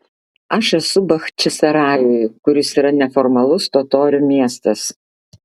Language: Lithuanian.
aš esu bachčisarajuj kuris yra neformalus totorių miestas